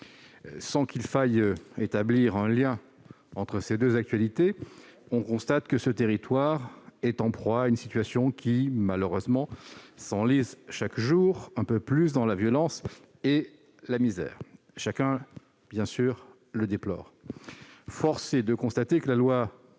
Sans qu'il faille établir un lien entre ces deux événements, l'on constate que ce territoire est en proie à une situation qui, malheureusement, s'enlise chaque jour un peu plus dans la violence et la misère. Bien sûr, chacun le déplore. Force est de constater que la loi